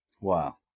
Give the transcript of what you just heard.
Wow